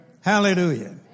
Hallelujah